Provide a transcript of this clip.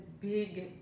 big